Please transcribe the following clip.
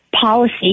policy